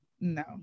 no